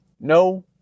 No